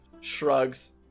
shrugs